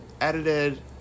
Edited